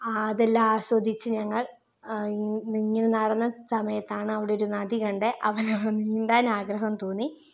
ആ അതെല്ലാം ആസ്വദിച്ച് ഞങ്ങൾ ഇങ്ങനെ നടന്ന സമയത്താണ് അവിടെ ഒരു നദി കണ്ടത് അവന് അവിടെ നിന്ന് നീന്താൻ ആഗ്രഹം തോന്നി